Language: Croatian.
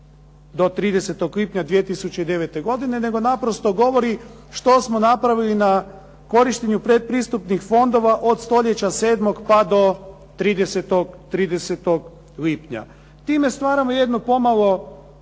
do 30. lipnja 2009. godine, nego naprosto govori što smo napravili na korištenju pretpristupnih fondova od stoljeća 7. pa do 30. lipnja. Time stvaramo jedno pomalo